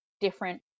different